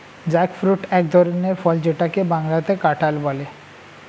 jackfruit এক ধরনের ফল যেটাকে বাংলাতে কাঁঠাল বলে